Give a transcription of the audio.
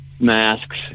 masks